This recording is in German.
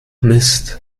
mist